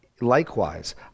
likewise